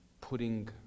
putting